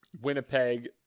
Winnipeg